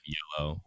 Yellow